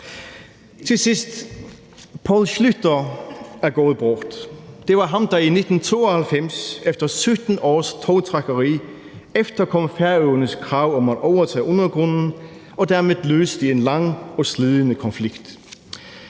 Til sidst: Poul Schlüter er gået bort. Det var ham, der i 1992, efter 17 års tovtrækkeri, efterkom Færøernes krav om at overtage undergrunden og dermed løse en lang og opslidende konflikt.